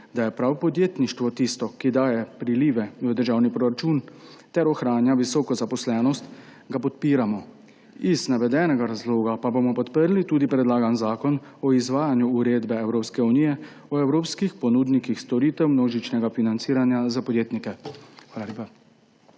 da je prav podjetništvo tisto, ki daje prilive v državni proračun ter ohranja visoko zaposlenost, ga podpiramo. Iz navedenega razloga pa bomo podprli tudi predlagani zakon o izvajanju uredbe (EU) o evropskih ponudnikih storitev množičnega financiranja za podjetnike. Hvala